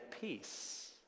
peace